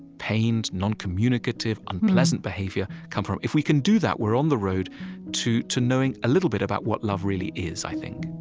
pained, noncommunicative, unpleasant behavior come from? if we can do that, we're on the road to to knowing a little bit about what love really is, i think